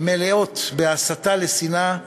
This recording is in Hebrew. מלאים בהסתה לשנאה,